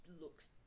looks